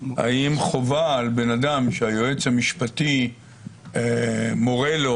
האם חובה על בן-אדם שהיועץ המשפטי מורה לו